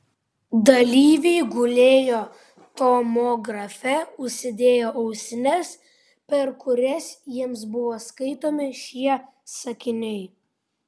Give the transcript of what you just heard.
dalyviai gulėjo tomografe užsidėję ausines per kurias jiems buvo skaitomi šie sakiniai